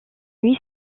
nuit